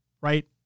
right